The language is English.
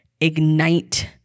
ignite